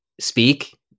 speak